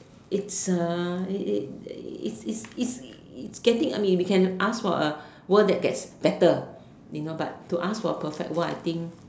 it's a it it it's it's it's it's getting I mean we can ask for a world that gets better you know but to ask for a perfect world I think